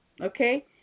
okay